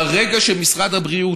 ברגע שמשרד הבריאות,